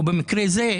או במקרה הזה,